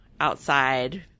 outside